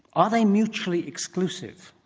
are they mutually exclusive